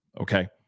Okay